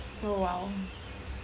ah well